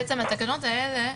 בעצם התקנות האלה,